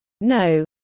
no